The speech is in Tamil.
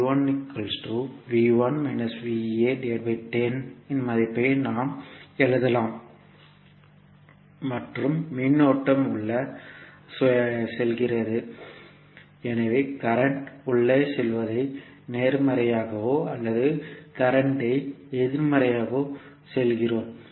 இன் மதிப்பை நாம் எழுதலாம் மற்றும் மின்னோட்டம் உள்ளே செல்கிறது எனவே கரண்ட் உள்ளே செல்வதை நேர்மறையாகவோ அல்லது கரண்ட் ஐ எதிர்மறையாகவோ செல்கிறோம்